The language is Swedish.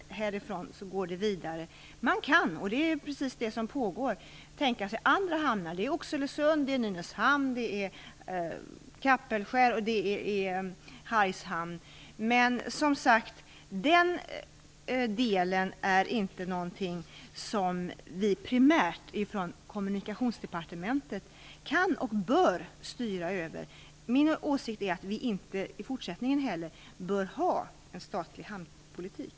Härifrån går det sedan vidare. Man kan, och det är precis vad som sker, tänka sig andra hamnar: Oxelösund, Nynäshamn, Kapellskär och Hargshamn. Men den delen är inte något som vi från Kommunikationsdepartementet primärt kan, eller bör, styra över. Min åsikt är att vi inte heller i fortsättningen bör ha en statlig hamnpolitik.